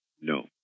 No